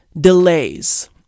delays